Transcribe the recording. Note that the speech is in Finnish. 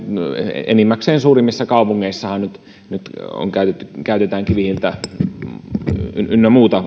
enimmäkseenhän suurimmissa kaupungeissa nyt nyt käytetään kivihiiltä ynnä muuta